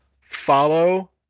follow